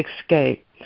escape